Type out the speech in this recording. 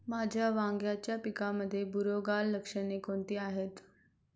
माझ्या वांग्याच्या पिकामध्ये बुरोगाल लक्षणे कोणती आहेत?